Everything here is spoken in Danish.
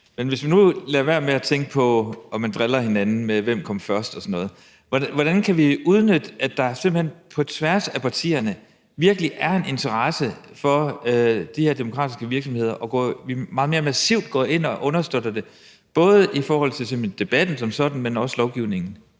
Men hvis vi nu lader være med at tænke på at drille hinanden med, hvem der kom først og sådan noget, hvordan kan vi så udnytte, at der simpelt hen på tværs af partierne virkelig er interesse for de her demokratiske virksomheder, så vi meget mere massivt går ind og understøtter det, både i forhold til debatten som sådan, men også lovgivningen?